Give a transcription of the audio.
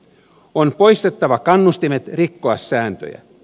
on poistettava kannustimet rikkoa sääntöjä